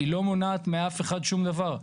היא לא מונעת מאף אחד שום דבר.